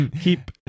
Keep